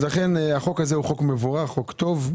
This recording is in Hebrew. אז לכן, החוק הזה הוא חוק מבורך, הוא חוק טוב.